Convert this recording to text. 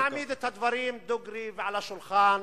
בוא נעמיד את הדברים דוגרי ועל השולחן,